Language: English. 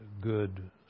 good